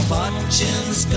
Fortunes